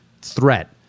threat